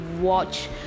watch